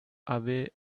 away